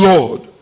Lord